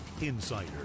Insider